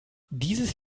dieses